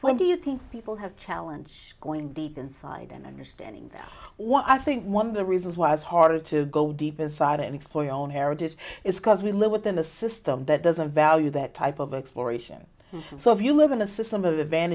when do you think people have challenge going deep inside an understanding that what i think one of the reasons why is harder to go deep inside and explore your own heritage is cause we live within a system that doesn't value that type of exploration so if you live in a system or the van